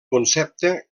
concepte